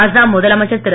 அஸ்ஸாம் முதலமைச்சர் திரு